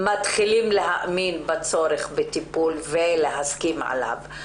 רק אחרי מתחילים להאמין בצורך בטיפול ולהסכים עליו.